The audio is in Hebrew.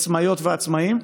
העצמאיות והעצמאים,